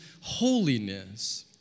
holiness